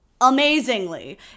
amazingly